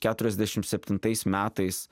keturiasdešim septintais metais